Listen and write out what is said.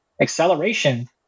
Acceleration